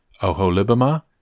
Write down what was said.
Oholibamah